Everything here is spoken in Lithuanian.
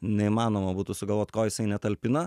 neįmanoma būtų sugalvot ko jisai netalpina